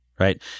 right